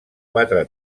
quatre